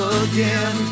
again